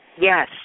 Yes